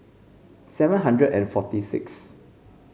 seven hundred and forty sixth